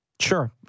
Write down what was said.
Sure